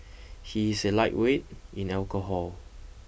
he is a lightweight in alcohol